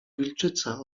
wilczyca